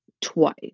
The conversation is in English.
twice